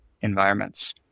environments